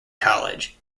college